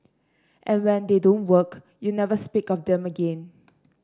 and when they don't work you never speak of them again